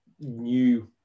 new